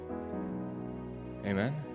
amen